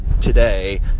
today